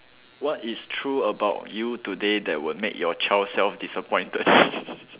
what is true about you today that will make your child self disappointed